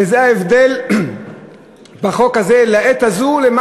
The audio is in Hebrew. וזה ההבדל בין החוק הזה לעת הזאת לבין